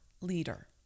leader